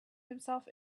himself